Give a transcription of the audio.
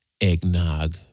eggnog